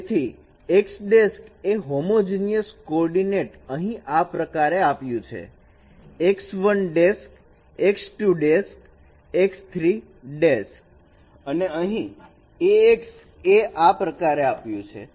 તેથી x' એ homogeneous coordinate અહીં આ પ્રકારે આપ્યું છે અને અહીં a x' આ પ્રકારે આપ્યું છે